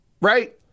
Right